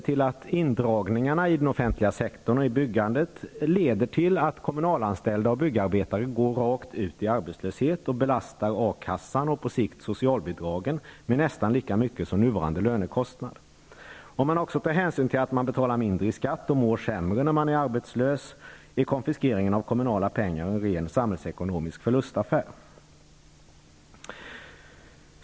Indragningarna inom den offentliga sektorn och i byggandet gör att kommunalanställda och byggarbetare går rakt ut i arbetslöshet, varvid de belastar A-kassan och på sikt socialbidragen med nästan lika mycket som nuvarande lönekostnad. De mår också sämre. Med hänsyn till att man betalar mindre i skatt när man blir arbetslös är konfiskeringen av kommunala pengar samhällsekonomiskt en ren förlustaffär.